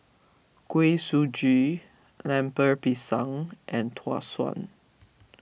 Kuih Suji Lemper Pisang and Tau Suan